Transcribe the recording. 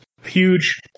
huge